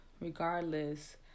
regardless